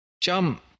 jump